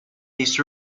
this